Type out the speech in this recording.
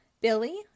Billy